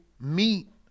meet